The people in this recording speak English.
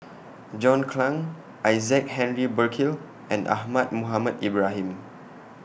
John Clang Isaac Henry Burkill and Ahmad Mohamed Ibrahim